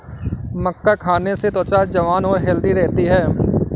मक्का खाने से त्वचा जवान और हैल्दी रहती है